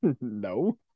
No